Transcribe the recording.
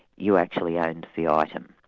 you actually owned the item.